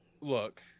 look